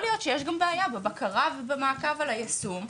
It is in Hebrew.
להיות שיש גם בעיה של בקרה ומעקב על יישום.